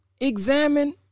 Examine